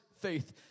faith